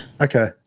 Okay